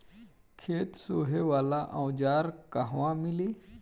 खेत सोहे वाला औज़ार कहवा मिली?